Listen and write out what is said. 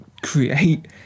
create